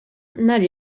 nhar